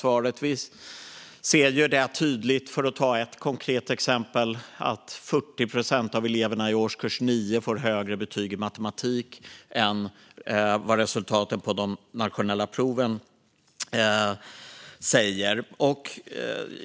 Vi ser det tydligt, för att ta ett konkret exempel, i att 40 procent av eleverna i årskurs 9 får högre betyg i matematik än vad resultatet på de nationella proven säger.